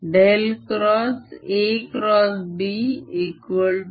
A A